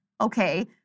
Okay